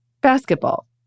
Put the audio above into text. basketball